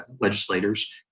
legislators